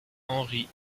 henry